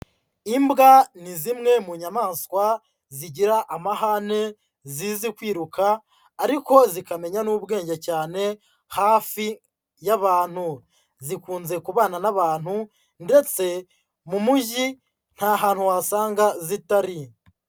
Imbwa ni zimwe mu nyamaswa zigira amahane zizi kwiruka, ariko zikamenya n'ubwenge cyane hafi y'abantu. Zikunze kubana n'abantu ndetse mu mujyi nta hantu wasanga zitari.